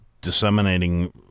disseminating